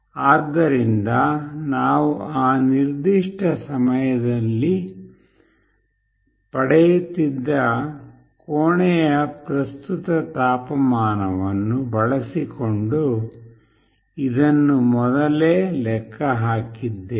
ಆದ್ದರಿಂದ ನಾವು ಆ ನಿರ್ದಿಷ್ಟ ಸಮಯದಲ್ಲಿ ಪಡೆಯುತ್ತಿದ್ದ ಕೋಣೆಯ ಪ್ರಸ್ತುತ ತಾಪಮಾನವನ್ನು ಬಳಸಿಕೊಂಡು ಇದನ್ನು ಮೊದಲೇ ಲೆಕ್ಕ ಹಾಕಿದ್ದೇವೆ